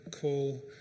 call